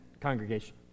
congregation